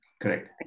Correct